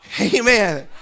Amen